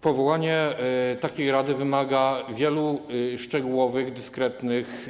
Powołanie takiej rady wymaga wielu szczegółowych, dyskretnych